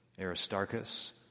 Aristarchus